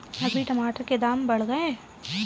अभी टमाटर के दाम बढ़ गए